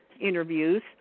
interviews